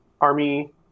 army